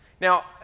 Now